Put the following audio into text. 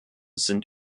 sind